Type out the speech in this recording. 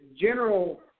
general